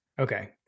Okay